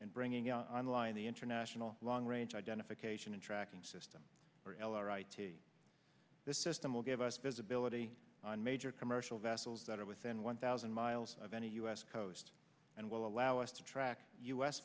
in bringing on line the international long range identification and tracking system for l r i t this system will give us visibility on major commercial vessels that are within one thousand miles of any u s coast and will allow us to track u